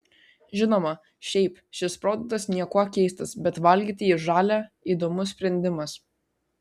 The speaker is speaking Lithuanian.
žinoma šiaip šis produktas niekuo keistas bet valgyti jį žalią įdomus sprendimas